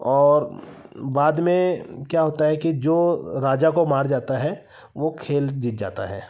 और बाद में क्या होता है कि जो राजा को मार जाता है वह खेल जीत जाता है